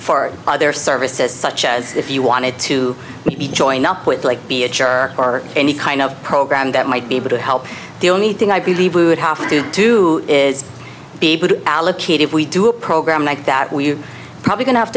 for other services such as if you wanted to join up with or any kind of program that might be able to help the only thing i believe we would have to do is be able to allocate if we do a program like that we're probably going to have